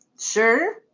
Sure